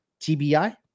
TBI